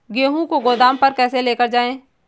गेहूँ को गोदाम पर कैसे लेकर जाएँ?